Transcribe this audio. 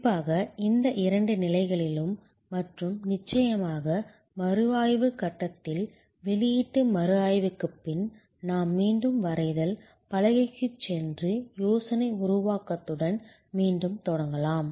குறிப்பாக இந்த இரண்டு நிலைகளிலும் மற்றும் நிச்சயமாக மறுஆய்வு கட்டத்தில் வெளியீட்டு மறுஆய்வுக்குப் பின் நாம் மீண்டும் வரைதல் பலகைக்குச் சென்று யோசனை உருவாக்கத்துடன் மீண்டும் தொடங்கலாம்